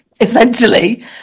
essentially